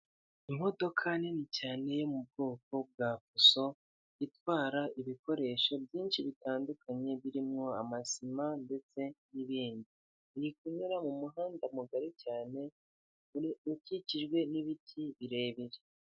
Imodoka nini cyane yo mu bwoko bwa fuso itwara ibikoresho byinshi bitandukanye birimo amasima ndetse n'ibindi, iri kunyura mu muhanda mugari cyane ukikijwe n'ibiti birebire.